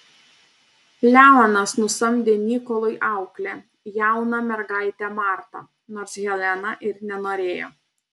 leonas nusamdė nikolui auklę jauną mergaitę martą nors helena ir nenorėjo